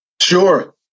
Sure